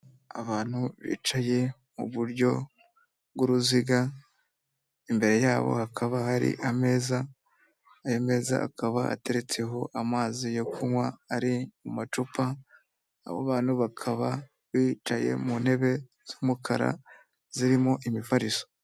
Abantu bicaye mu buryo bw'uruziga imbere yabo hakaba hari ameza, ayo meza akaba ateretseho amazi yo kunywa ari mu macupa, abo bantu bakaba bicaye mu ntebe z'umukara zirimo imifariso.